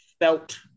felt